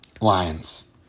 Lions